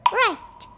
right